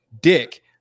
dick